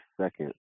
second